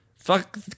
fuck